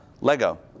Lego